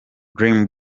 dream